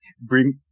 bring